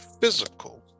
physical